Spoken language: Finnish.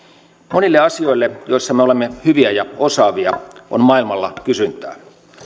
monille asioille joissa me olemme hyviä ja osaavia on maailmalla kysyntää